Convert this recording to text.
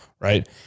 right